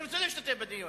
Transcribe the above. אני רוצה להשתתף בדיון.